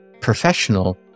professional